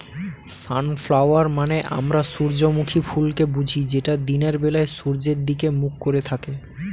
sunflower মানে আমরা সূর্যমুখী ফুলকে বুঝি যেটা দিনের বেলায় সূর্যের দিকে মুখ করে থাকে